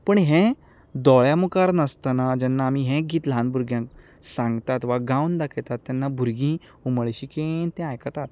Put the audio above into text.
पूण हें दोळ्यां मुखार नासतना जेन्ना आमी हें गीत ल्हान भुरग्यांक सांगतात वा गावून दाखयतात तेन्ना भुरगीं उमळशीकेन तें आयकतात